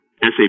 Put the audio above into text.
SAP